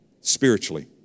Spiritually